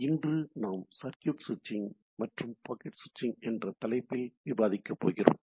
இன்று நாம் சர்க்யூட் ஸ்விட்சிங் மற்றும் பாக்கெட் ஸ்விட்சிங் என்ற தலைப்பில் விவாதிக்கப்போகிறோம்